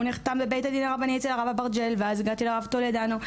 הוא נחתם בבית הדין הרבני אצל הרב אברג'יל ואז הגעתי לרב טולדנו,